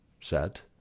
set